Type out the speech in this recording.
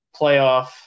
playoff